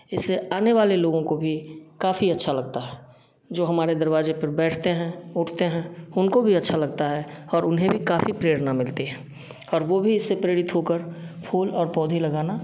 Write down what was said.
इससे आने वाले लोगों को भी काफ़ी अच्छा लगता है जो हमारे दरवाजे पर बैठते हैं उठते हैं उनको भी अच्छा लगता है और उन्हें भी काफ़ी प्रेरणा मिलती है और वो भी इससे प्रेरित होकर फूल और पौधे लगाना